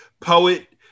Poet